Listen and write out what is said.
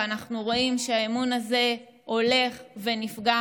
ואנחנו רואים שהאמון הזה הולך ונפגע